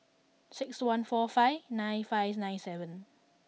six one four five nine five nine seven